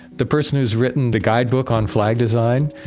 the person who's written the guidebook on flag design,